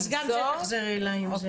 אז גם זה, תחזרי אליי עם זה.